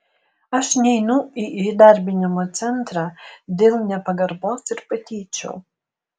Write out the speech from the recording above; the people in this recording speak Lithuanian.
aš neinu į įdarbinimo centrą dėl nepagarbos ir patyčių